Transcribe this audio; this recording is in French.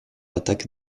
attaque